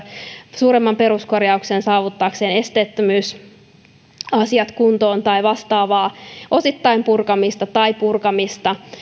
suuremman peruskorjauksen saavuttaakseen esteettömyysasiat kuntoon tai vastaavaa osittain purkamista tai purkamista niin